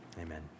Amen